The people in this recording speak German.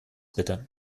bitte